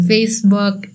Facebook